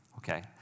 Okay